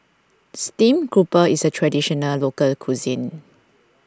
Steamed Grouper is a Traditional Local Cuisine